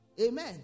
Amen